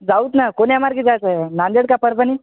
जाऊच ना कोण्या मार्गे जायचं आहे नांदेड का परभणी